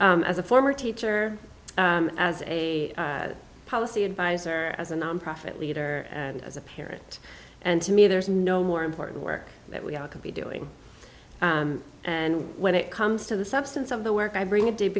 schools as a former teacher as a policy advisor as a nonprofit leader and as a parent and to me there's no more important work that we all can be doing and when it comes to the substance of the work i bring a deep